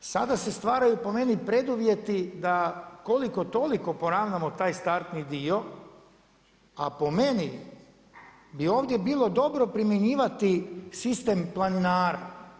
Sada se stvaraju po meni preduvjeti da koliko toliko poravnamo taj startni dio, a po meni bi ovdje bilo dobro primjenjivati sistem planinara.